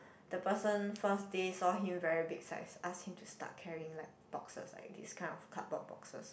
the person first day saw him very big size ask him to start carrying like boxes like this kind of cardboard boxes